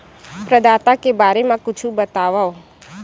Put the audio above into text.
प्रदाता के बारे मा कुछु बतावव?